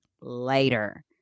later